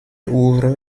ouvre